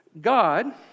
God